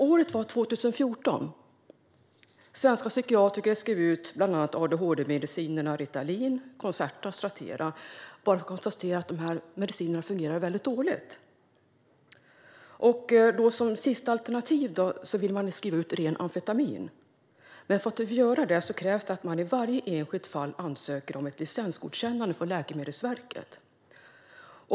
Året var 2014 när svenska psykiatriker skrev ut bland annat adhd-medicinerna Ritalin, Concerta och Strattera bara för att konstatera att de medicinerna fungerade väldigt dåligt. Som sista alternativ ville de skriva ut ren amfetamin. Men för att få göra det krävs det att de i varje enskilt fall ansöker om ett licensgodkännande från Läkemedelsverket.